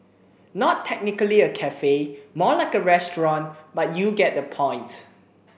not technically a cafe more like a restaurant but you get the point